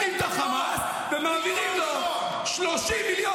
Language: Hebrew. אין לך מושג